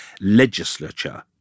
legislature